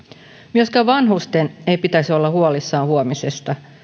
myöskään vanhusten ei pitäisi olla huolissaan huomisesta